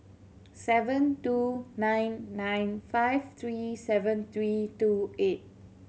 seven two nine nine five three seven three two eight